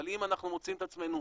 אבל אם אנחנו מוצאים את עצמנו,